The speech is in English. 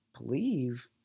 believe